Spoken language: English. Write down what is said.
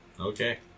Okay